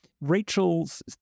Rachel's